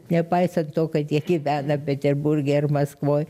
nepaisant to kad jie gyvena peterburge ar maskvoj